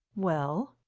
well?